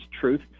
truth